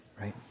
right